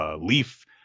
leaf